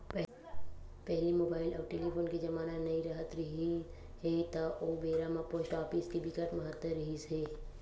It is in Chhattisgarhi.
पहिली मुबाइल अउ टेलीफोन के जमाना नइ राहत रिहिस हे ता ओ बेरा म पोस्ट ऑफिस के बिकट महत्ता रिहिस हे